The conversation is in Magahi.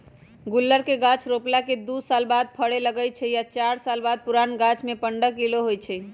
गुल्लर के गाछ रोपला के दू साल बाद फरे लगैए छइ आ चार पाच साल पुरान गाछमें पंडह किलो होइ छइ